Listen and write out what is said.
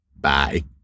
Bye